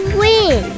win